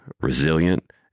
resilient